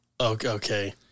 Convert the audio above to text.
Okay